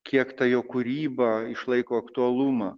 kiek ta jo kūryba išlaiko aktualumą